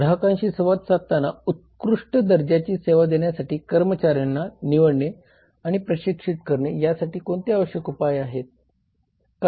ग्राहकांशी संवाद साधताना उत्कृष्ट दर्जाची सेवा देण्यासाठी कर्मचार्यांना निवडणे आणि प्रशिक्षित करणे यासाठी कोणते आवश्यक उपाय आहेत